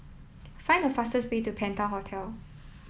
find the fastest way to Penta Hotel